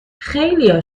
خیلیا